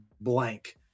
blank